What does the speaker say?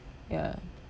ya